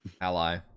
ally